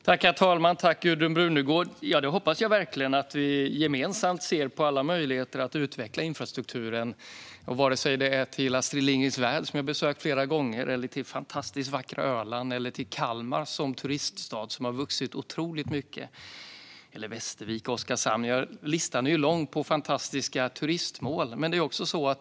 Herr talman! Tack, Gudrun Brunegård! Jag hoppas verkligen att vi gemensamt ska se på alla möjligheter att utveckla infrastrukturen, vare sig den är till Astrid Lindgrens Värld, som jag har besökt flera gånger, till fantastiskt vackra Öland, till Kalmar, som har vuxit otroligt mycket som turiststad, till Västervik eller till Oskarshamn. Listan på fantastiska turistmål är lång.